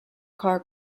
car